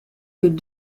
que